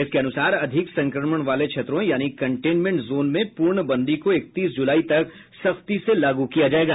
इसके अनुसार अधिक संक्रमण वाले क्षेत्रों यानी कन्टेनमेंट जोन में पूर्णबंदी को इकतीस जुलाई तक सख्ती से लागू किया जाएगा